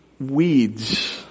weeds